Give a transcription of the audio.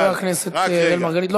חבר הכנסת אראל מרגלית.